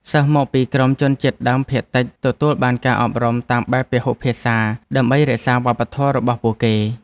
សិស្សមកពីក្រុមជនជាតិដើមភាគតិចទទួលបានការអប់រំតាមបែបពហុភាសាដើម្បីរក្សាវប្បធម៌របស់ពួកគេ។